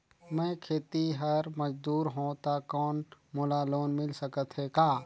मैं खेतिहर मजदूर हों ता कौन मोला लोन मिल सकत हे का?